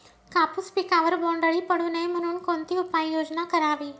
कापूस पिकावर बोंडअळी पडू नये म्हणून कोणती उपाययोजना करावी?